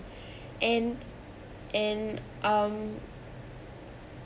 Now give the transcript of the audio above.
and and um